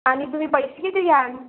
आणि तुम्ही पैसे किती घ्याल